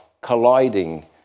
colliding